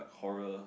horror